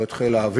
לא את חיל האוויר,